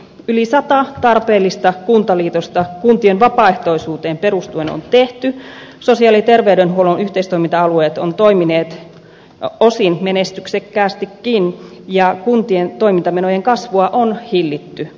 yli sata tarpeellista kuntaliitosta kuntien vapaaehtoisuuteen perustuen on tehty sosiaali ja terveydenhuollon yhteistoiminta alueet ovat toimineet osin menestyksekkäästikin ja kuntien toimintamenojen kasvua on hillitty